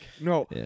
No